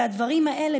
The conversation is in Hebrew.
והדברים האלה,